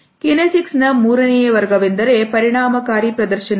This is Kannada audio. ಕಿನೆಸಿಕ್ಸ್ ನ ಮೂರನೆಯ ವರ್ಗವೆಂದರೆ ಪರಿಣಾಮಕಾರಿ ಪ್ರದರ್ಶನಗಳು